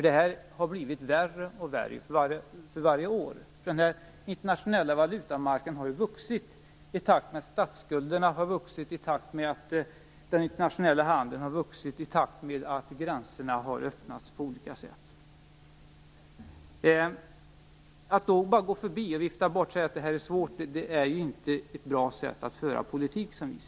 De har blivit värre och värre för varje år. Den internationella valutamarknaden har vuxit i takt med att statsskulderna har vuxit, i takt med att den internationella handeln har vuxit, i takt med att gränserna har öppnats på olika sätt. Att då vifta bort problemen och säga att de är svåra är inte en bra sätt att föra politik.